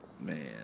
Man